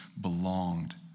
belonged